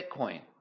Bitcoin